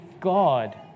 God